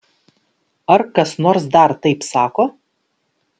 ar kas nors dar taip sako